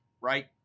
right